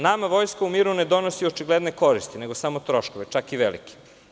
Nama vojska u miru ne donosi očigledne koristi, nego samo troškove, čak i velike.